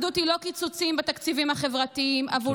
אחדות היא לא קיצוצים בתקציבים החברתיים עבור,